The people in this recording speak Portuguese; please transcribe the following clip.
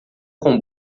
com